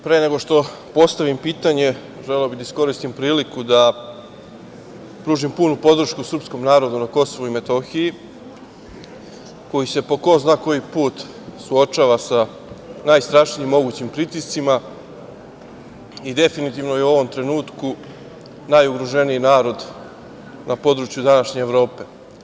Pre nego što postavim pitanje, želeo bih da iskoristim priliku da pružim punu podršku srpskom narodu na KiM, koji se po ko zna koji put suočava sa najstrašnijim mogućim pritiscima, i definitivno u ovom trenutku, je najugroženiji narod na području današnje Evrope.